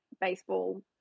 baseball